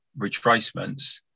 retracements